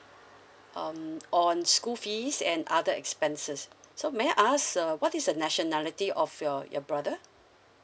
um on school fees and other expenses so may I ask uh what is the nationality of your your brother